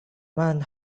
man